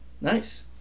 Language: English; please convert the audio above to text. Nice